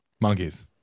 monkeys